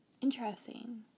Interesting